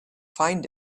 find